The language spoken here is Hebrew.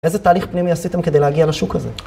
איזה תהליך פנימי עשיתם כדי להגיע לשוק הזה?